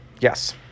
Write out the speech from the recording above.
yes